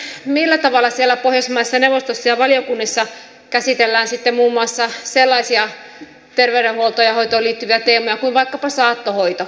en tiedä millä tavalla siellä pohjoismaiden neuvostossa ja valiokunnissa käsitellään sitten muun muassa sellaisia terveydenhuoltoon ja hoitoon liittyviä teemoja kuin vaikkapa saattohoito